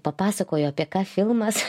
papasakojo apie ką filmas